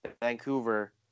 Vancouver